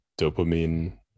dopamine